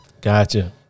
Gotcha